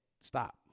stop